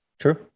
true